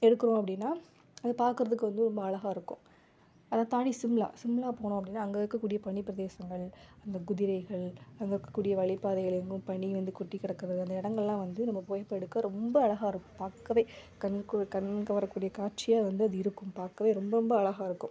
எடுக்கிறோம் அப்படின்னா அது பார்க்கறதுக்கு வந்து ரொம்ப அழகா இருக்கும் அதை தாண்டி சிம்லா சிம்லா போனோம் அப்படின்னா அங்கே இருக்கக்கூடிய பனிப்பிரதேசங்கள் அந்த குதிரைகள் அங்கே இருக்கக்கூடிய வழிப்பாதைகள் எங்கும் பனி வந்து கொட்டி கிடக்குறது அந்த இடங்கள்லாம் வந்து நம்ம புகைப்படம் எடுக்க ரொம்ப அழகாக இருக்கும் பார்க்கவே கண்கூ கண் கவரக்கூடிய காட்சியாக வந்து அது இருக்கும் பார்க்கவே ரொம்ப ரொம்ப அழகாக இருக்கும்